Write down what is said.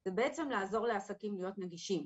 היא בעצם לעזור לעסקים להיות נגישים.